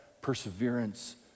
perseverance